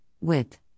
width